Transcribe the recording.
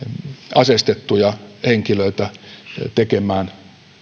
aseistettuja henkilöitä tekemään